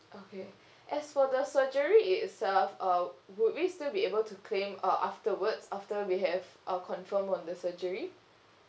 okay as for the surgery itself uh would we still be able to claim uh afterwards after we have uh confirmed on the surgery